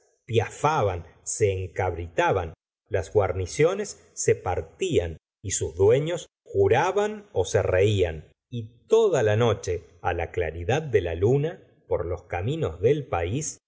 piafaban se encabritaban las guarniciones se partían y sus dueños juraban ó se reían y toda la noche la claridad de la luna por los caminos del país